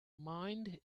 mind